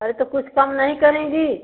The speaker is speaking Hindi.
अरे तो कुछ कम नहीं करेंगी